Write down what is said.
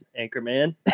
anchorman